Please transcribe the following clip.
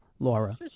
Laura